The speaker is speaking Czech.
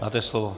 Máte slovo.